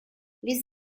les